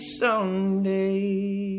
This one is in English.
Someday